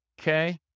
Okay